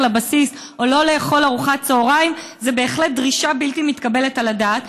לבסיס או לא לאכול ארוחת צוהריים זו בהחלט דרישה בלתי מתקבלת על הדעת.